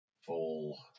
full